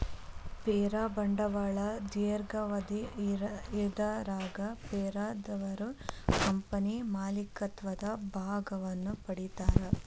ಷೇರ ಬಂಡವಾಳ ದೇರ್ಘಾವಧಿ ಇದರಾಗ ಷೇರುದಾರರು ಕಂಪನಿ ಮಾಲೇಕತ್ವದ ಭಾಗವನ್ನ ಪಡಿತಾರಾ